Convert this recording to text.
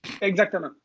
Exactement